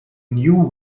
new